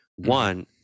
One